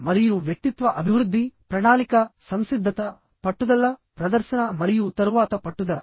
మరియు వ్యక్తిత్వ అభివృద్ధి ప్రణాళిక సంసిద్ధతపట్టుదల ప్రదర్శన మరియు తరువాత పట్టుదల